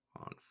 On